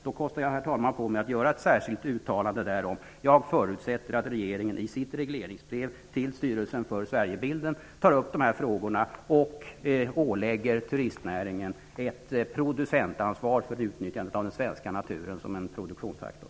Då kostar jag på mig, herr talman, att göra ett särskilt uttalande därom: Jag förutsätter att regeringen i sitt regleringsbrev till Styrelsen för Sverigebilden tar upp dessa frågor och ålägger turistnäringen ett producentansvar för utnyttjandet av den svenska naturen som en produktionsfaktor.